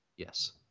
Yes